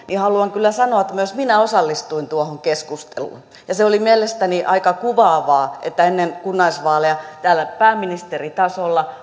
niin haluan kyllä sanoa että myös minä osallistuin tuohon keskusteluun se oli mielestäni aika kuvaavaa että ennen kunnallisvaaleja täällä pääministeritasolla